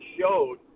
showed